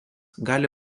gali